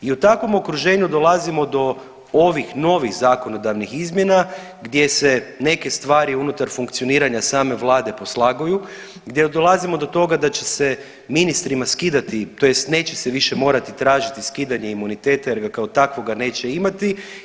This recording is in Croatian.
I u takvom okruženju dolazimo do ovih novih zakonodavnih izmjenama gdje se neke stvari unutar funkcioniranja same Vlade poslaguju, gdje dolazimo do toga da će se ministrima skidati tj. neće se više morati tražiti skidanje imuniteta, jer ga kao takvoga neće imati.